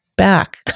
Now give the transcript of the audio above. Back